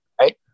right